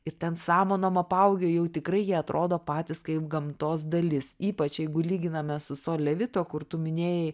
ir ten samanom apaugę jau tikrai jie atrodo patys kaip gamtos dalis ypač jeigu lyginame su sole vito kur tu minėjai